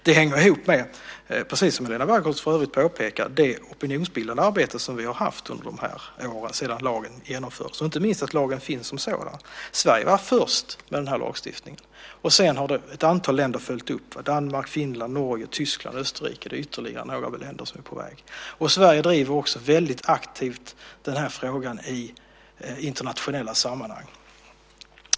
Detta hänger ihop med, precis som Helena Bargholtz påpekar, det opinionsbildande arbete som vi bedrivit under åren sedan lagen infördes, och inte minst att lagen finns som sådan. Sverige var först med denna lagstiftning, och sedan har ett antal länder följt upp - Danmark, Finland, Norge, Tyskland och Österrike, och ytterligare några länder är på väg. Sverige driver också väldigt aktivt denna fråga i internationella sammanhang.